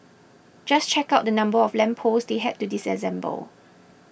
just check out the number of lamp posts they had to disassemble